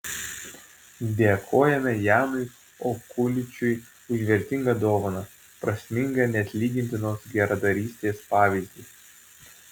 dėkojame janui okuličiui už vertingą dovaną prasmingą neatlygintinos geradarystės pavyzdį